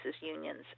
unions